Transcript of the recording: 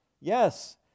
Yes